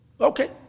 Okay